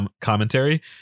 commentary